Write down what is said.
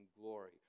glory